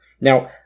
Now